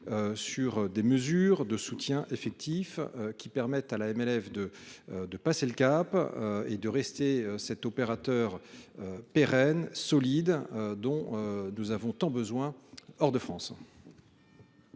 sur des mesures de soutien effectif, qui permettraient à la MLF de passer le cap et de rester cet opérateur pérenne, solide et dont nous avons tant besoin hors de France.